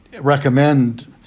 recommend